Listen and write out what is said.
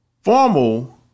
formal